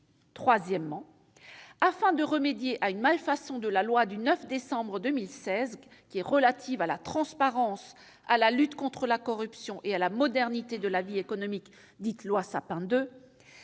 troisièmement, enfin, pour remédier à une malfaçon de la loi du 9 décembre 2016 relative à la transparence, à la lutte contre la corruption et à la modernisation de la vie économique, dite loi Sapin 2,